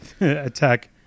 attack